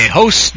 host